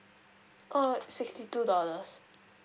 uh sixty two dollars